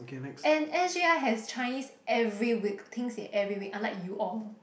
and S_J_I has Chinese every week 听写 every week unlike you all